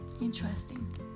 Interesting